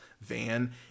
van